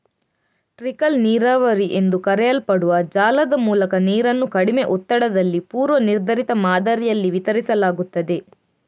trickle ನೀರಾವರಿ ಎಂದು ಕರೆಯಲ್ಪಡುವ ಜಾಲದ ಮೂಲಕ ನೀರನ್ನು ಕಡಿಮೆ ಒತ್ತಡದಲ್ಲಿ ಪೂರ್ವ ನಿರ್ಧರಿತ ಮಾದರಿಯಲ್ಲಿ ವಿತರಿಸಲಾಗುತ್ತದೆ